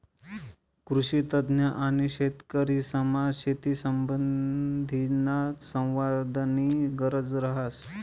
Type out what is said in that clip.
कृषीतज्ञ आणि शेतकरीसमा शेतीसंबंधीना संवादनी गरज रहास